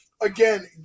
again